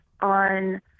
on